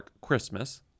Christmas